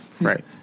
Right